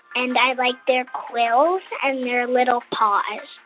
and i like their ah quills and their little paws.